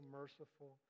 merciful